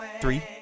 three